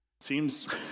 Seems